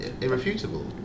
Irrefutable